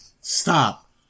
Stop